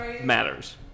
matters